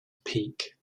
peak